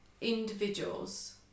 individuals